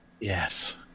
Yes